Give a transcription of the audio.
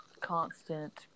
constant